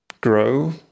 grow